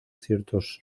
ciertos